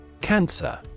Cancer